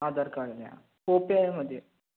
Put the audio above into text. ആധാർ കാർഡിന്റെയോ കോപ്പിയായാലും മതിയോ